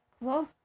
close